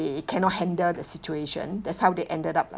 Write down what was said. they cannot handle the situation that's how they ended up like